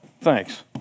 thanks